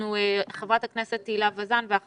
ח"כ הילה וזאן, בבקשה.